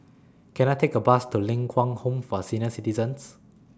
Can I Take A Bus to Ling Kwang Home For Senior Citizens